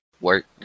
work